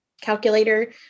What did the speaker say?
calculator